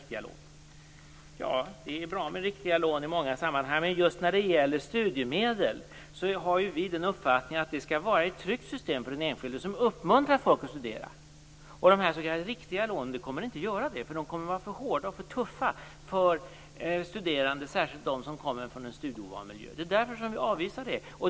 Det är förvisso bra med riktiga lån i många sammanhang, men just när det gäller studiemedel har vi uppfattningen att det skall vara ett tryggt system för den enskilde, ett system som uppmuntrar folk att studera. De s.k. riktiga lånen kommer inte att göra det. De kommer att vara för hårda och för tuffa för studerande, särskilt för dem som kommer från en studieovan miljö. Det är därför som vi avvisar detta.